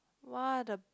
what a~